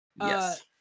Yes